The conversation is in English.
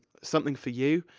something for you.